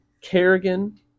Kerrigan